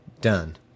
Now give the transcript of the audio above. done